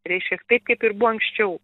reiškia taip kaip ir buvo anksčiau